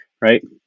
right